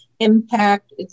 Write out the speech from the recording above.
Impact